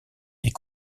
est